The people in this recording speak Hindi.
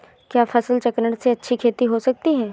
क्या फसल चक्रण से अच्छी खेती हो सकती है?